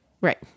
Right